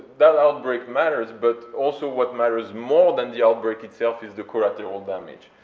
that outbreak matters, but also what matters more than the outbreak itself is the collateral damage,